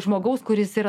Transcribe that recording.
žmogaus kuris yra